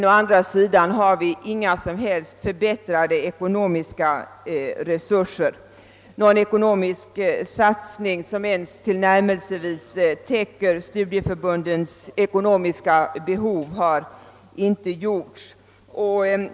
Å andra sidan har de inte fått bättre ekonomiska resurser. Någon ekonomisk satsning som ens tillnärmelsevis täcker studieförbundens ekonomiska behov har inte gjorts.